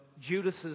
Judas